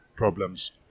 problems